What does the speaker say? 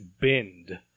bend